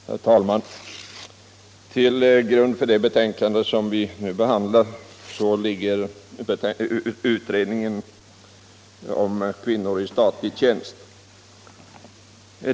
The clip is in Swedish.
Herr talman! Till grund för det betänkande vi nu behandlar ligger utredningen om kvinnor i statlig tjänst.